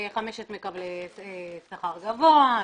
חמשת מקבלי שכר גבוה,